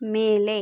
ಮೇಲೆ